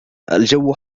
الجو